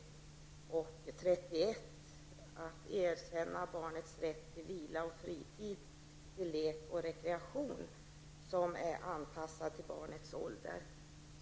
I artikel 31 står det att man skall erkänna barnets rätt till vila och fritid samt till lek och rekreation, anpassat till barnets ålder.